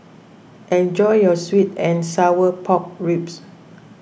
enjoy your Sweet and Sour Pork Ribs